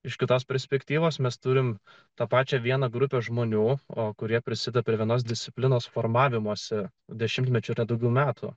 iš kitos perspektyvos mes turime tą pačią vieną grupę žmonių kurie prisideda prie vienos disciplinos formavimosi dešimtmečių tad tokių metų